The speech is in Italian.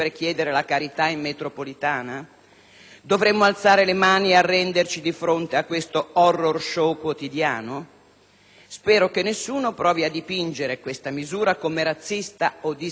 Dovremmo alzare le mani e arrenderci di fronte a questo *horror* *show* quotidiano? Spero che nessuno provi a dipingere questa misura come razzista o discriminatoria nei confronti dei poveri.